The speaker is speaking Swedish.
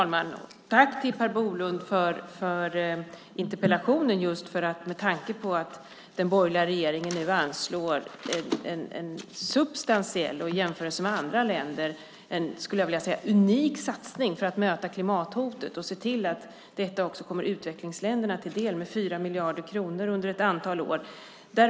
Fru talman! Tack, Per Bolund, för interpellationen just med tanke på att den borgerliga regeringen nu anslår en substantiell och i jämförelse med andra länder skulle jag vilja säga unik satsning för att möta klimathotet och se till att åtgärder också kommer utvecklingsländerna till del med 4 miljarder kronor under ett antal år.